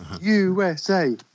USA